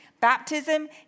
Baptism